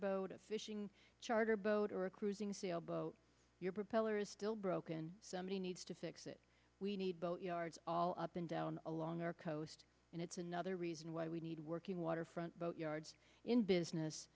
boat a fishing charter boat or a cruising sail boat your propeller is still broken somebody needs to fix it we need boat yards all up and down along our coast and it's another reason why we need working waterfront boat yards in business